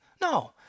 no